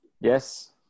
Yes